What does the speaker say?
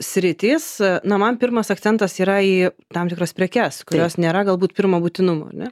sritys na man pirmas akcentas yra į tam tikras prekes kurios nėra galbūt pirmo būtinumo ane